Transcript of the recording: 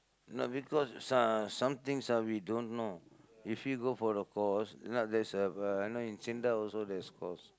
no because so~ uh some things ah we don't know if you go for the course if not there's a uh I know in SINDA there's also a course